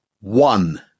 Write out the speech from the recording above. one